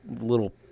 little